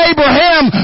Abraham